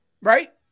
Right